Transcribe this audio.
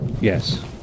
Yes